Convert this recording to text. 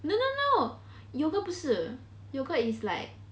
no no no yogurt 不是 yogurt is like